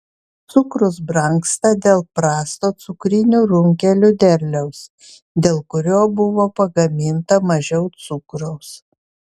cukrus brangsta dėl prasto cukrinių runkelių derliaus dėl kurio buvo pagaminta mažiau cukraus